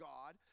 God